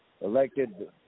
elected